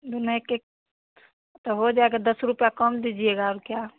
दोनों एक एक त हो जाएगा दस रुपया कम दीजिएगा और क्या